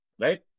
Right